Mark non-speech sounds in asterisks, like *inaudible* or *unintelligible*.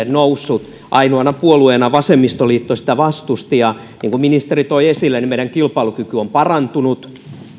*unintelligible* noussut ainoana puolueena vasemmistoliitto sitä vastusti niin kuin ministeri toi esille meidän kilpailukykymme on parantunut